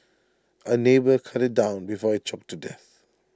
A neighbour cut IT down before IT choked to death